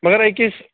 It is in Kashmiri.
مگر أکِس